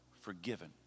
forgiven